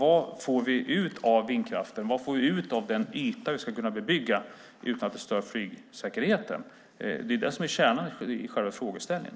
Vad får vi ut av vindkraften, och vad får vi ut av den yta som vi ska kunna bebygga utan att det stör flygsäkerheten? Det är det som är kärnan i själva frågeställningen.